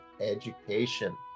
education